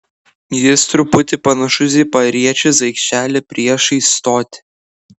jis truputį panašus į pariečės aikštelę priešais stotį